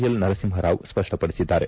L Narasimha Rao ಸ್ಪಷ್ಟಪಡಿಸಿದ್ದಾರೆ